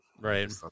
right